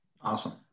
Awesome